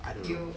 I don't